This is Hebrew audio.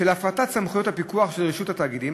של הפרטת סמכויות הפיקוח של רשות התאגידים,